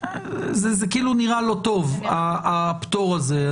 אני חושב שזה כאילו נראה לא טוב, הפטור הזה.